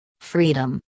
Freedom